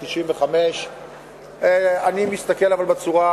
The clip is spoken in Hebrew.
בת 95. אבל אני מסתכל בצורה,